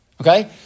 Okay